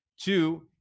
Two